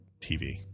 TV